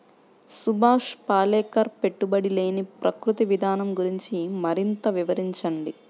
సుభాష్ పాలేకర్ పెట్టుబడి లేని ప్రకృతి విధానం గురించి మరింత వివరించండి